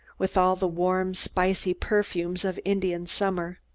with all the warm spicy perfumes of indian summer.